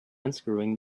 unscrewing